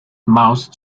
mouth